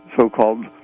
so-called